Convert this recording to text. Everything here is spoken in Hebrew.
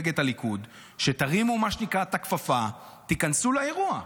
זה ממש התפרק פה כשהורדתם את אורית,